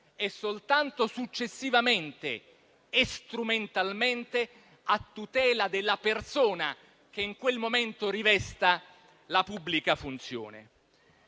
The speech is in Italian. e soltanto successivamente e strumentalmente a tutela della persona che in quel momento rivesta la pubblica funzione.